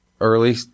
early